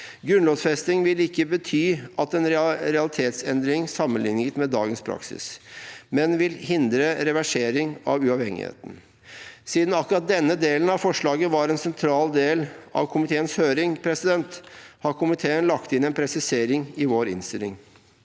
Grunnlovfesting vil ikke bety en realitetsendring sammenlignet med dagens praksis, men vil hindre reversering av uavhengigheten. Siden akkurat denne delen av forslaget var en sentral del av komiteens høring, har komiteen lagt inn en presisering i vår innstilling: